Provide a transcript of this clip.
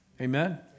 Amen